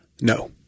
No